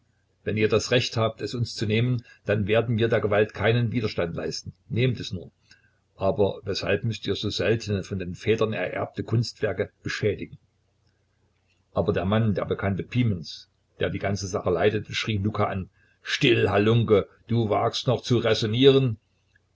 wenn ihr das recht habt es uns zu nehmen dann werden wir der gewalt keinen widerstand leisten nehmt es nur aber weshalb müßt ihr so seltene von den vätern ererbte kunstwerke beschädigen aber der mann der bekannten pimens der die ganze sache leitete schrie luka an still halunke du wagst noch zu räsonieren